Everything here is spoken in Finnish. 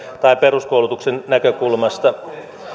tai peruskoulutuksen näkökulmasta